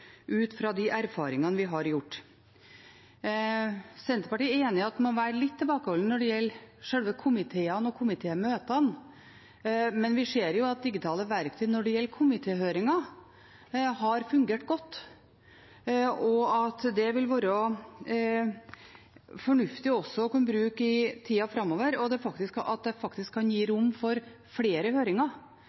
ut fra de erfaringene vi har gjort. Senterpartiet er enig i at en må være litt tilbakeholden når det gjelder selve komiteene og komitémøtene, men vi ser at digitale verktøy når det gjelder komitéhøringer, har fungert godt, og at det vil være fornuftig også å kunne bruke i tida framover, og at det faktisk kan gi rom for flere høringer